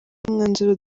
umwanzuro